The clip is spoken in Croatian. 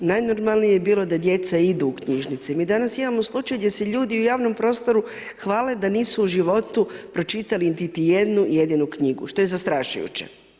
Najnormalnije je bilo da djeca idu u knjižnice, mi danas imamo slučaj gdje se ljudi u javnom prostoru hvale da nisu u životu pročitali niti jednu jedinu knjigu, što je zastrašujuće.